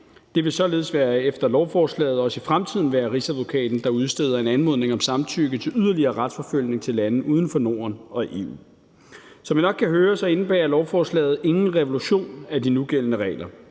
Det vil således efter lovforslaget også i fremtiden være Rigsadvokaten, der udsteder en anmodning om samtykke til yderligere retsforfølgning til lande uden for Norden og EU. Som I nok kan høre, indebærer lovforslaget ingen revolution af de nugældende regler.